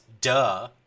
Duh